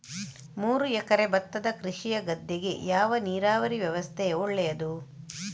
ಮೂರು ಎಕರೆ ಭತ್ತದ ಕೃಷಿಯ ಗದ್ದೆಗೆ ಯಾವ ನೀರಾವರಿ ವ್ಯವಸ್ಥೆ ಒಳ್ಳೆಯದು?